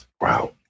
Wow